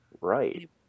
right